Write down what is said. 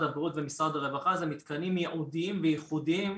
הבריאות ומשרד הרווחה זה מתקנים ייעודיים ויחודיים,